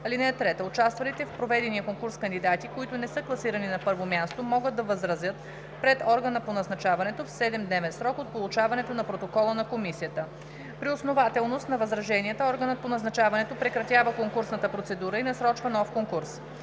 (3) Участвалите в проведения конкурс кандидати, които не са класирани на първо място, могат да възразят пред органа по назначаването в 7-дневен срок от получаването на протокола на комисията. При основателност на възраженията органът по назначаването прекратява конкурсната процедура и насрочва нов конкурс.